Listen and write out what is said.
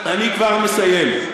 אני כבר מסיים.